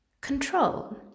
control